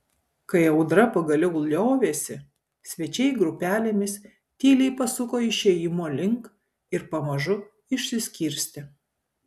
kai audra pagaliau liovėsi svečiai grupelėmis tyliai pasuko išėjimo link ir pamažu išsiskirstė